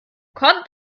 kommt